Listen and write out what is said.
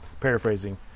paraphrasing